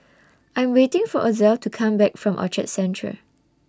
I Am waiting For Ozell to Come Back from Orchard Central